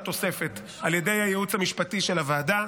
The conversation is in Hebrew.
תוספת על ידי הייעוץ המשפטי של הוועדה,